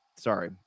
Sorry